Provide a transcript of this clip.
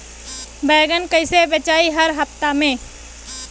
बैगन कईसे बेचाई हर हफ्ता में?